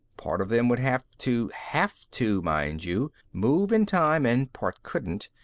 part of them would have to have to, mind you move in time and part couldn't.